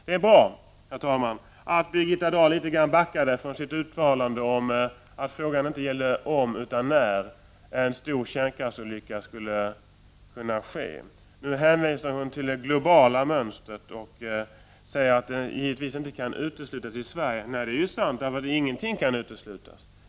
Det är bra, herr talman, att Birgitta Dahl litet grand backade från sitt uttalande att frågan inte gäller om utan när en eventuell stor kärnkraftsolycka skulle kunna ske. Nu hänvisar hon till det globala mönstret och säger att en olycka givetvis inte kan uteslutas i Sverige. Nej, det är sant — ingenting kan uteslutas.